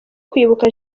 kwibuka